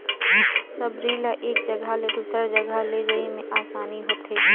सबरी ल एक जगहा ले दूसर जगहा लेइजे मे असानी होथे